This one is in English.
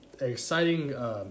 exciting